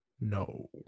No